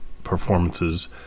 performances